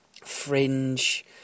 fringe